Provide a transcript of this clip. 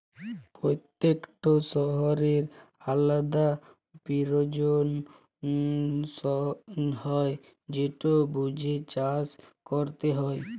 পত্যেকট শস্যের আলদা পিরয়োজন হ্যয় যেট বুঝে চাষট ক্যরতে হয়